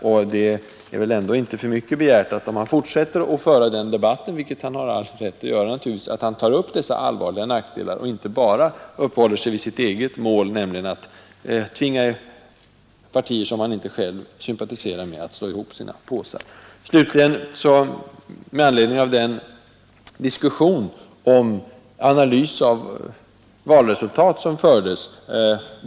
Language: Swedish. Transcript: Då är det väl ändå inte för mycket begärt, om herr Svensson fortsätter att föra den debatten — vilket han naturligtvis har all rätt att göra — att han tar upp dessa allvarliga nackdelar och inte bara uppehåller sig vid sitt eget mål, nämligen att tvinga partier, som han inte själv sympatiserar med, att slå ihop sina påsar. Slutligen några ord om den diskussion rörande analysen av valresultat som förts.